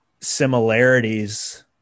similarities